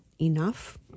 enough